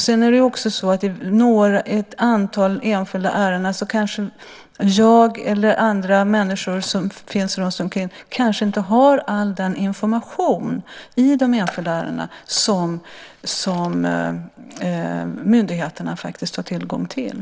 Sedan är det också så att i ett antal enskilda ärenden kanske jag eller andra människor som finns runtomkring inte har all den information som myndigheterna faktiskt har tillgång till.